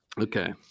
Okay